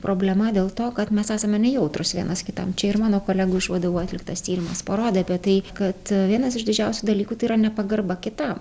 problema dėl to kad mes esame nejautrūs vienas kitam čia ir mano kolegų iš vdu atliktas tyrimas parodė apie tai kad vienas iš didžiausių dalykų tai yra nepagarba kitam